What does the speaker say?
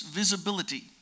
visibility